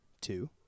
two